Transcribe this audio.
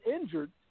injured